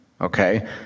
okay